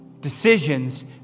Decisions